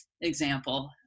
example